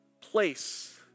place